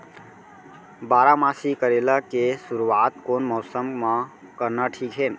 बारामासी करेला के शुरुवात कोन मौसम मा करना ठीक हे?